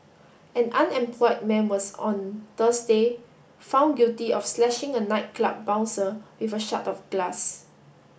an unemployed man was on Thursday found guilty of slashing a nightclub bouncer with a shard of glass